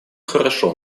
хорошо